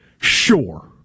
sure